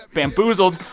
bamboozled,